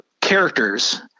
characters